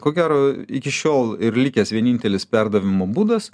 ko gero iki šiol ir likęs vienintelis perdavimo būdas